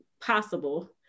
possible